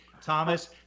thomas